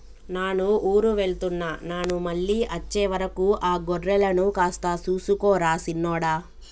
నాను ఊరు వెళ్తున్న నాను మళ్ళీ అచ్చే వరకు ఆ గొర్రెలను కాస్త సూసుకో రా సిన్నోడా